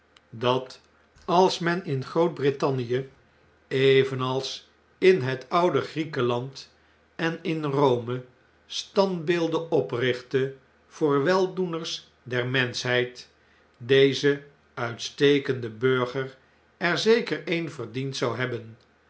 dat als men in groot-brittannie evenals in het oude griekenland en in rome standbeelden oprichtte voor de weldoeners der menschheid deze uitstekende burger er zeker een verdiend zou hebben